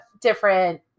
different